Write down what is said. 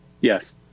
Yes